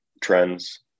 trends